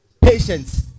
Patience